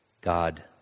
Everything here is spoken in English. God